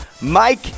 mike